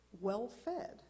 well-fed